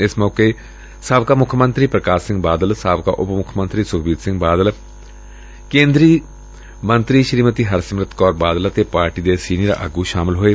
ਇਸ ਮੌਕੇ ਸਾਬਕਾ ਮੁੱਖ ਮੰਤਰੀ ਪ੍ਕਾਸ ੱਸਿੰਘ ਬਾਦਲ ਸਾਬਕਾ ਉਪ ਮੁੱਖ ਮੰਤਰੀ ਸੁਖਬੀਰ ਸਿੰਘ ਬਾਦਲ ਕੇਂਦਰੀ ਮੰਤਰੀ ਸ੍ਰੀਮਤੀ ਹਰਸਿਮਰਤ ਕੌਰ ਬਾਦਲ ਅਤੇ ਪਾਰਟੀ ਦੇ ਸੀਨੀਅਰ ਆਗੁ ਸ਼ਾਮਲ ਹੋਏ